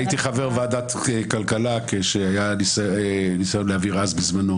הייתי חבר ועדת הכלכלה כשהיה ניסיון להעביר בזמנו,